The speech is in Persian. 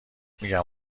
میگم